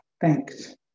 Thanks